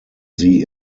sie